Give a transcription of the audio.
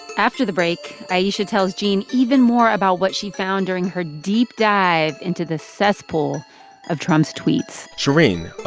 after the break, ayesha tells gene even more about what she found during her deep dive into the cesspool of trump's tweets shereen,